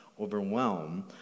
overwhelm